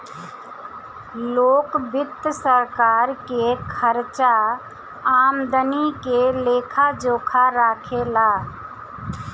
लोक वित्त सरकार के खर्चा आमदनी के लेखा जोखा राखे ला